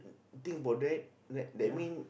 think about that that that mean